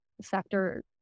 sector